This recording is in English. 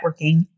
networking